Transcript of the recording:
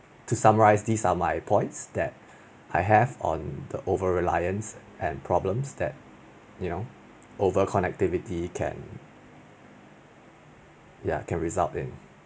to summarise these are my points that I have on the over reliance and problems that you know over connectivity can ya can result in